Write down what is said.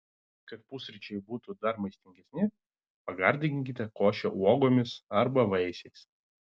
kad pusryčiai būtų dar maistingesni pagardinkite košę uogomis arba vaisiais